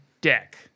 deck